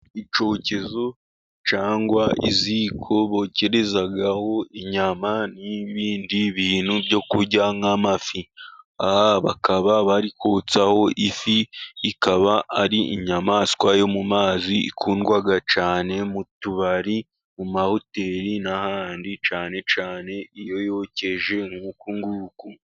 Icyokezo cyangwa iziko bokerezaho inyama n'ibindi bintu byo kurya nk'amafi. Aha bakaba bari kotsaho ifi, ikaba ari inyamaswa yo mu mazi ikundwa cyane mu tubari ,mu mahoteli n'ahandi cyane cyane iyo yokeje nk'uku nguku.